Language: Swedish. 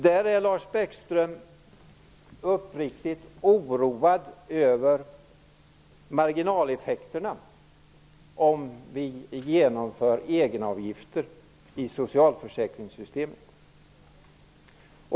Där är Lars Bäckström uppriktigt oroad över marginaleffekterna, om vi genomför egenavgifter i socialförsäkringssystemet.